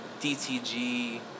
DTG